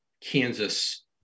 Kansas